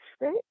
right